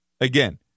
Again